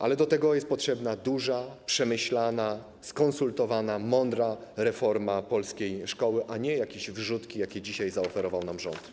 Ale do tego jest potrzebna duża, przemyślana, skonsultowana, mądra reforma polskiej szkoły, a nie jakieś wrzutki, jakie dzisiaj zaoferował nam rząd.